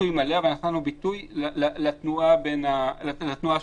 אבל כשפתחנו את הקניונים ראינו את התורים